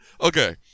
Okay